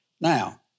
Now